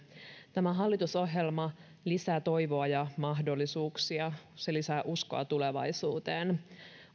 tämä hallitusohjelma lisää toivoa ja mahdollisuuksia se lisää uskoa tulevaisuuteen